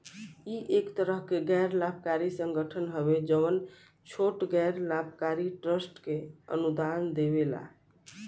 इ एक तरह के गैर लाभकारी संगठन हवे जवन छोट गैर लाभकारी ट्रस्ट के अनुदान देवेला